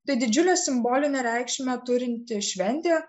tai didžiulę simbolinę reikšmę turinti šventė